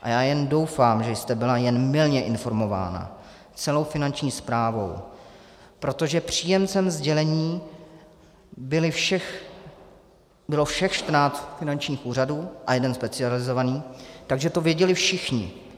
A já jen doufám, že jste byla jen mylně informována celou Finanční správou, protože příjemcem sdělení bylo všech 14 finančních úřadů a jeden specializovaný, takže to věděli všichni.